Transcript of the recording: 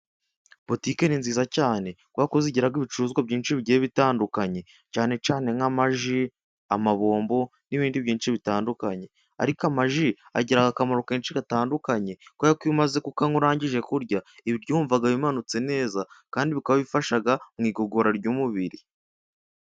Botike ni nziza cyane kubera ko zigira ibicuruzwa byinshi bigiye bitandukanye cyane cyane nk'amaji, ama bombo n'ibindi byinshi bitandukanye, ariko amaji agira akamaro kenshi gatandukanye kubera ko iyo umaze kukanywa urangije kurya ibiryo wumva wimanutse neza kandi bikaba bifasha mu igogora ry'umubiri.